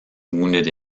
wounded